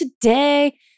today